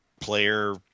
player